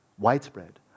widespread